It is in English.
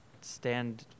Stand